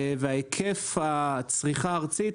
והיקף הצריכה הארצית,